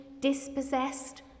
dispossessed